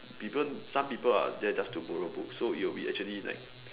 people some people are there just to borrow books so it will be actually like